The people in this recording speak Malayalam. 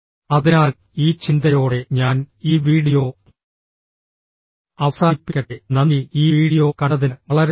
അതിനാൽ ഈ ചിന്തയോടെ ഞാൻ ഈ വീഡിയോ അവസാനിപ്പിക്കട്ടെ നന്ദി ഈ വീഡിയോ കണ്ടതിന് വളരെ നന്ദി